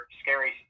scary